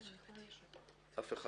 אף אחד.